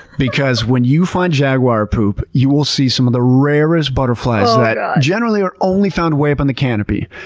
because when you find jaguar poop, you will see some of the rarest butterflies that generally are only found way up in the canopy,